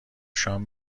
شام